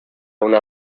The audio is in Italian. una